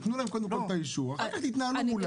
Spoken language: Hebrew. תנו להם קודם את האישור ואחר כך תתנהלו מולם.